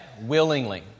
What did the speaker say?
willingly